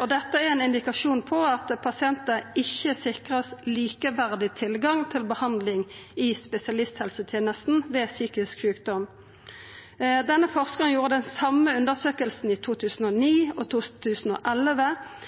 og dette er ein indikasjon på at pasientar ikkje vert sikra likeverdig tilgang på behandling i spesialisthelsetenesta ved psykisk sjukdom. Denne forskaren gjorde den same undersøkinga i 2009 og i 2011,